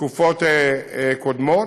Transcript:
בתקופות קודמות.